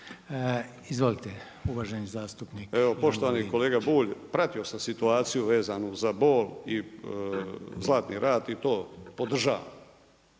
Ivan (Promijenimo Hrvatsku)** Poštovani kolega Bulj, pratio sam situaciju vezanu za Bol i Zlatni rat i to podržavam.